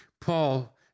Paul